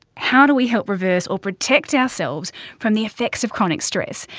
how do we help reverse or protect ourselves from the effects of chronic stress?